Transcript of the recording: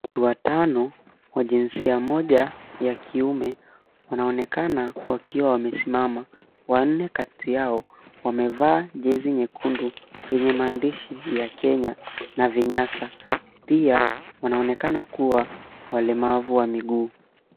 Watu watano wa jinsia moja ya kiume wanaonekana wakiwa wamesimama. Wanne kati yao wamevaa jezi nyekundu yenye maandishi ya Kenya na vinyasa. Pia, wanaonekana kuwa walemavu wa miguu.